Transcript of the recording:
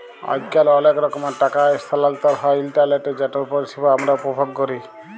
আইজকাল অলেক রকমের টাকা ইসথালাল্তর হ্যয় ইলটারলেটে যেটর পরিষেবা আমরা উপভোগ ক্যরি